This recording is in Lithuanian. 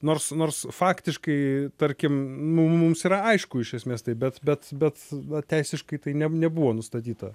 nors nors faktiškai tarkim nu mums yra aišku iš esmės taip bet bet bet va teisiškai tai ne nebuvo nustatyta